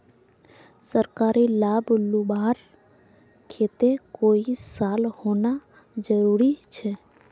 सरकारी लाभ लुबार केते कई साल होना जरूरी छे?